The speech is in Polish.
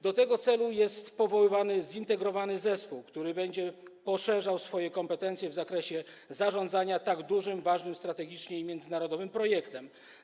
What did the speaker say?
Do tego celu jest powoływany zintegrowany zespół, który będzie poszerzał swoje kompetencje w zakresie zarządzania tak dużym, ważnym strategicznie i międzynarodowym projektem.